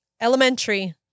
elementary